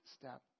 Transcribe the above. step